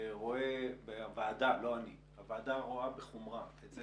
הוועדה רואה בחומרה את זה